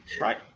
right